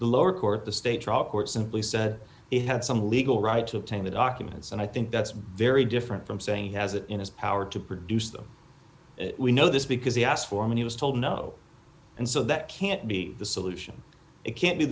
the lower court the state trial court simply said it had some legal right to obtain the documents and i think that's very different from saying he has it in his power to produce them we know this because he asked for money was told no and so that can't be the solution it can't be